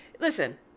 Listen